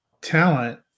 talent